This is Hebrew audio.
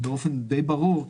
באופן די ברור,